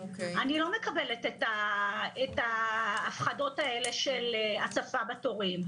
אני לא מקבלת את ההפחדות האלה של הצפה בתורים.